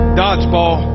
dodgeball